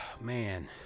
man